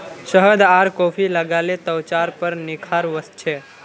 शहद आर कॉफी लगाले त्वचार पर निखार वस छे